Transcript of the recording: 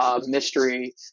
mystery